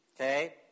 okay